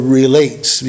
relates